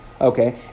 Okay